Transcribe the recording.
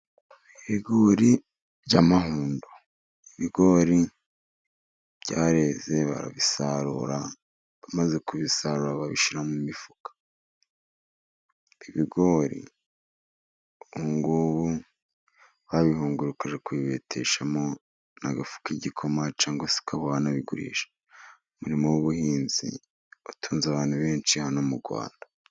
Ibigori by'amahundo, ibigori byareze barabisarura, bamaze kubisarura babishyira mu mifuka. Ibigori ubu ng'ubu wabihungura ukajya kubibeteshamo n'agafu k'igikoma cyangwa se ukaba wanabigurisha. Umurimo w'ubuhinzi utunze abantu benshi hano mu Rwanda.